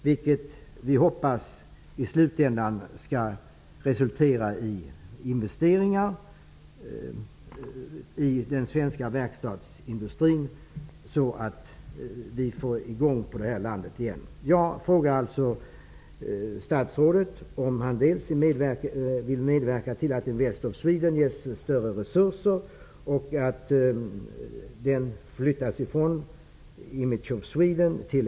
Vi hoppas att det i slutändan skall resultera i investeringar i den svenska verkstadsindustrin, så att vi får i gång landet igen.